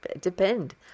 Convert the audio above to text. depend